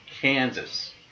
Kansas